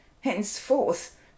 Henceforth